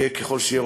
יהיה ככל שיהיה,